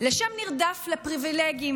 לשם נרדף לפריבילגים.